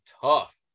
tough